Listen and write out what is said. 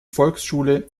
volksschule